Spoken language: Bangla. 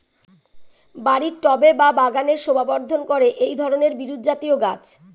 বাড়ির টবে বা বাগানের শোভাবর্ধন করে এই ধরণের বিরুৎজাতীয় গাছ